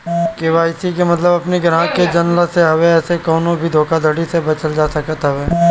KYC के मतलब अपनी ग्राहक के जनला से हवे एसे कवनो भी धोखाधड़ी से बचल जा सकत हवे